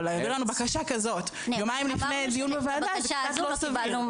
אבל להעביר לנו בקשה כזאת יומיים לפני דיון בוועדה זה קצת לא סביר.